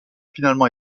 finalement